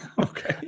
okay